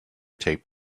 taped